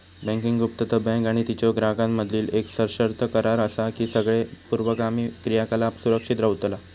banking गुप्तता, bank आणि तिच्यो ग्राहकांमधीलो येक सशर्त करार असा की सगळे पूर्वगामी क्रियाकलाप सुरक्षित रव्हतला